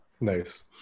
Nice